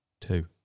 two